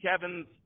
Kevin's